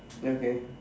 okay